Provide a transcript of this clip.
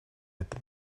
этом